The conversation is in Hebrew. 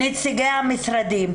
נציגי המשרדים,